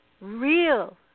real